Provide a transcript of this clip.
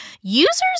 users